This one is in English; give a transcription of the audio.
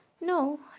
No